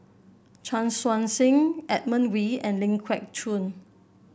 Chan Chun Sing Edmund Wee and Ling Geok Choon